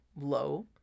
low